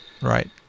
right